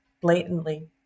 blatantly